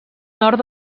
nord